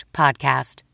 podcast